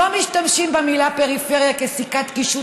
לא משתמשים במילה "פריפריה" כסיכת קישוט